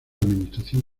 administración